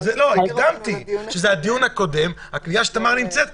זה דברים של הדיון הקודם --- הקדמתי ואמרתי שזה נוגע לדיון הקודם.